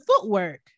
footwork